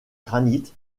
granite